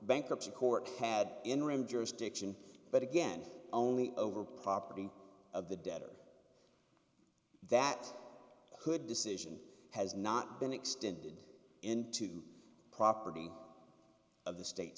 bankruptcy court had interim jurisdiction but again only over property of the debtor that could decision has not been extended into property of the state